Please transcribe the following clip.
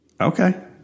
Okay